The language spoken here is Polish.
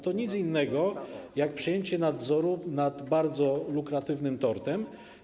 To nic innego jak przejęcie nadzoru nad bardzo lukratywnym tortem.